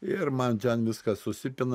ir man ten viskas susipina